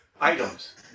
items